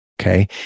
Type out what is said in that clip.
Okay